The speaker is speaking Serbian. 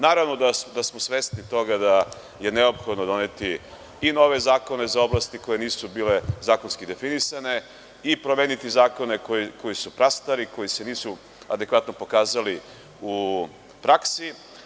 Naravno da smo svesni toga da je neophodno doneti i nove zakone iz oblasti koje nisu bile zakonski definisane i promeniti zakone koji su prastari, koji se nisu adekvatno pokazali u praksi.